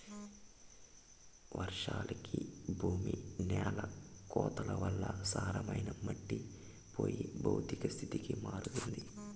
వర్షాలకి భూమి న్యాల కోతల వల్ల సారమైన మట్టి పోయి భౌతిక స్థితికి మారుతుంది